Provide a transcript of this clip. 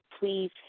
please